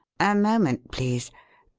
a moment, please.